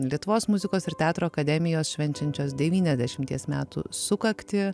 lietuvos muzikos ir teatro akademijos švenčiančios devyniasdešimties metų sukaktį